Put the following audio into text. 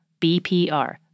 BPR